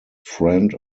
friend